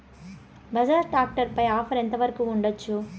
Bajaj tractor పై offer ఎంత వరకు ఉండచ్చు?